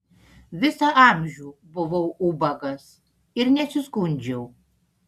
visą amžių buvau ubagas ir nesiskundžiau